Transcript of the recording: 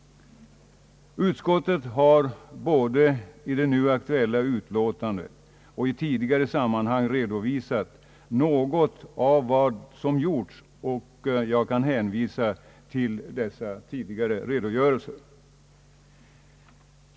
Utskottet har både i det nu aktuella utlåtandet och i tidigare sammanhang redovisat något av vad som gjorts, och jag kan hänvisa till dessa tidigare redogörelser.